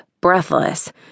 breathless